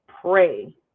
pray